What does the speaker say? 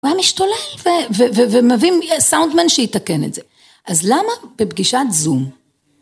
הוא היה משתולל, ומביא סאונדמן שיתקן את זה. אז למה בפגישת זום?